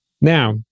Now